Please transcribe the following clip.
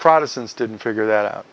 protestants didn't figure that